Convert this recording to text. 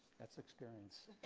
that's experience.